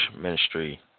ministry